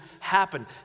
Happen